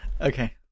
Okay